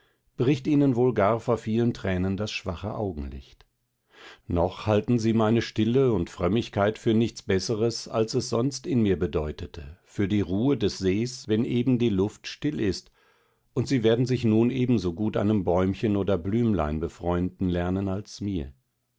bricht ihnen wohl gar vor vielen tränen das schwache augenlicht noch halten sie meine stille und frömmigkeit für nichts besseres als es sonst in mir bedeutete für die ruhe des sees wenn eben die luft still ist und sie werden sich nun ebensogut einem bäumchen oder blümlein befreunden lernen als mir